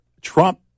Trump